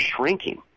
shrinking